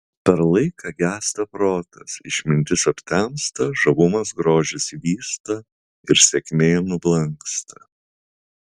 per laiką gęsta protas išmintis aptemsta žavumas grožis vysta ir sėkmė nublanksta